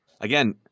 Again